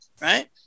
right